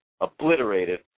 obliterated